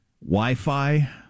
Wi-Fi